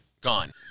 gone